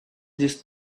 this